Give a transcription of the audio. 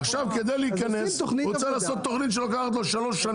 אבל לוקח זמן.